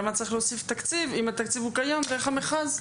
למה צריך להוסיף תקציב אם התקציב קיים דרך המכרז?